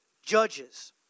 Judges